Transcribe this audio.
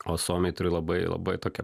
o suomiai turi labai labai tokią